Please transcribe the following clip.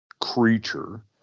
creature